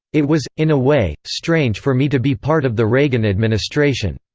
it was, in a way, strange for me to be part of the reagan administration.